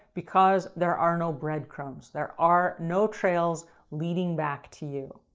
because there are no breadcrumbs, there are no trails leading back to you.